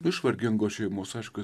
iš vargingos šeimos aišku jis